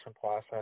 process